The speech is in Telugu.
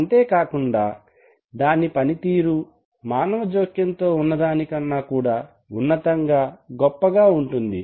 అంతేకాకుండా దాని పనితీరు మానవ జోక్యం తో ఉన్నదాని కన్నా కూడా ఉన్నతంగా గొప్పగా ఉంటుంది